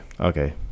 Okay